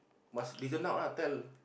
must reason out ah tell